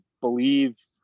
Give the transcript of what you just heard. believe